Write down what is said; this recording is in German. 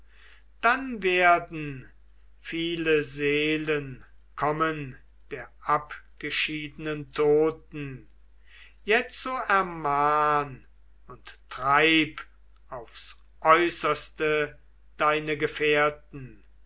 dann werden viele seelen kommen der abgeschiedenen toten jetzo ermahn und treib aufs äußerste deine gefährten